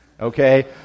Okay